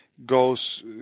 goes